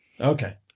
Okay